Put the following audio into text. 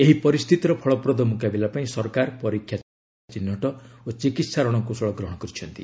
ଏହି ପରିସ୍ଥିତିର ଫଳପ୍ରଦ ମୁକାବିଲା ପାଇଁ ସରକାର ପରୀକ୍ଷା ଚିହ୍ନଟ ଓ ଚିକିିି୍ସା ରଣକୌଶଳ ଗ୍ରହଣ କରିଛନ୍ତି